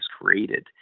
created